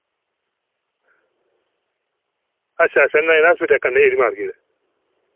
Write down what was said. अच्छा अच्छा नारायणा हास्पिटल कन्नै जेह्ड़ी मार्किट ऐ